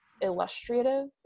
illustrative